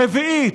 רביעית,